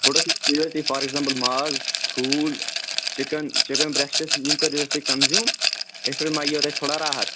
فُڈَس منٛز تھٲیُو حظ تُہۍ فار اٮ۪کزامپُل ماز ٹھوٗل چِکَن چِکَن برشٹٕس یِم کٔرِزیٚو حظ تُہۍ کَنزیوٗم اِتھ پٲٹھۍ ما یِیَو تۄہہِ تھوڑا راحت